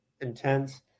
intense